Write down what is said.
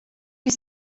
que